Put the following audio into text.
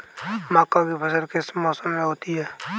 मक्का की फसल किस मौसम में होती है?